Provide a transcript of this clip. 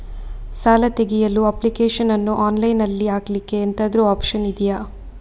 ಸಾಲ ತೆಗಿಯಲು ಅಪ್ಲಿಕೇಶನ್ ಅನ್ನು ಆನ್ಲೈನ್ ಅಲ್ಲಿ ಹಾಕ್ಲಿಕ್ಕೆ ಎಂತಾದ್ರೂ ಒಪ್ಶನ್ ಇದ್ಯಾ?